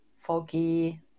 foggy